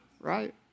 right